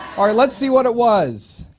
alright let's see what it was.